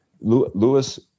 Lewis